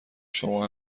شما